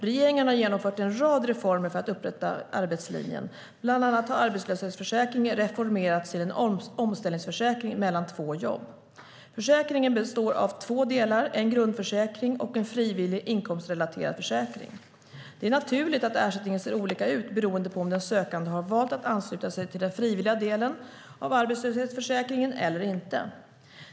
Regeringen har genomfört en rad reformer för att upprätta arbetslinjen, bland annat har arbetslöshetsförsäkringen reformerats till en omställningsförsäkring mellan två jobb. Försäkringen består av två delar, en grundförsäkring och en frivillig, inkomstrelaterad försäkring. Det är naturligt att ersättningen ser olika ut beroende på om den sökande har valt att ansluta sig till den frivilliga delen av arbetslöshetsförsäkringen eller inte.